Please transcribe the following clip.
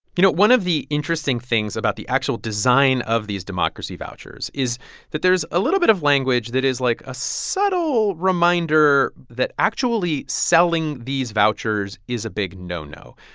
you know, one of the interesting things about the actual design of these democracy vouchers is that there's a little bit of language that is, like, a subtle reminder that actually selling these vouchers is a big no-no.